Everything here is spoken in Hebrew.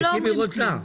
אם היא רוצה.